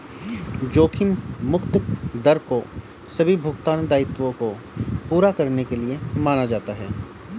जोखिम मुक्त दर को सभी भुगतान दायित्वों को पूरा करने के लिए माना जाता है